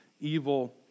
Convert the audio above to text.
evil